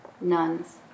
nuns